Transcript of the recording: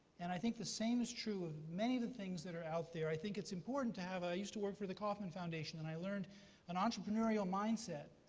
and i think the same is true of many of the things that are out there. i think it's important to have i used to work for the kaufman foundation, and i learned an entrepreneurial mindset.